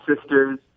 sisters